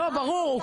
ברור.